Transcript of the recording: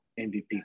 MVP